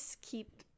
keep